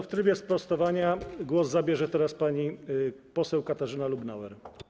W trybie sprostowania głos zabierze teraz pani poseł Katarzyna Lubnauer.